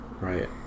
right